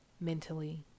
mentally